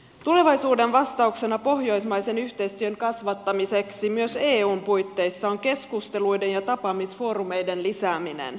tulevaisuuden vastauksena pohjoismaisen yhteistyön kasvattamiseksi myös eun puitteissa on keskusteluiden ja tapaamisfoorumeiden lisääminen